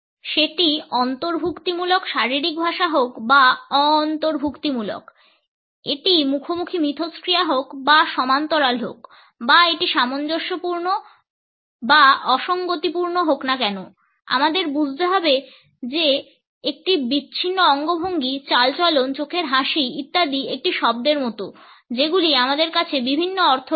সেটি অন্তর্ভুক্তিমূলক শারীরিক ভাষা হোক বা অ অন্তর্ভুক্তিমূলক এটি মুখোমুখি মিথস্ক্রিয়া হোক বা সমান্তরাল হোক বা এটি সামঞ্জস্যপূর্ণ বা অসঙ্গতিপূর্ণ হোক না কেন আমাদের বুঝতে হবে যে একটি বিচ্ছিন্ন অঙ্গভঙ্গি চালচলন চোখের হাসি ইত্যাদি একটি শব্দের মতো যেগুলির আমাদের কাছে বিভিন্ন অর্থ রয়েছে